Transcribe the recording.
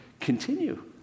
continue